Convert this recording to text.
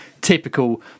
typical